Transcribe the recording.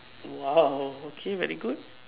!wow! okay very good